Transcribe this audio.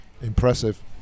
Impressive